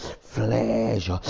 flesh